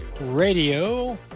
Radio